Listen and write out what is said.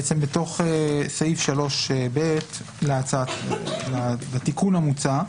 בתוך סעיף 3ב לתיקון המוצע.